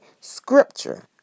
scripture